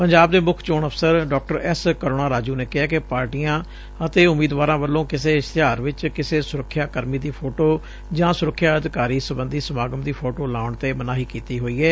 ਪੰਜਾਬ ਦੇ ਮੁੱਖ ਚੋਣ ਅਫ਼ਸਰ ਡਾ ਐਸ ਕਰੁਣਾ ਰਾਜੁ ਨੇ ਕਿਹੈ ਕਿ ਪਾਰਟੀਆਂ ਅਤੇ ਉਮੀਦਵਾਰਾਂ ਵੱਲੋਂ ਕਿਸੇ ਇਸ਼ਤਿਹਾਰ ਵਿਚ ਕਿਸੇ ਸੁਰੱਖਿਆ ਕਰਮੀ ਦੀ ਫੋਟੋ ਜਾਂ ਸੁਰੱਖਿਆ ਅਧਿਕਾਰੀ ਸਬੰਧੀ ਸਮਾਗਮ ਦੀ ਫੋਟੋ ਲਗਾਉਣ ਤੇ ਮਨਾਹੀ ਕੀਤੀ ਹੋਈ ਏ